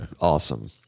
awesome